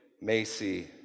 Macy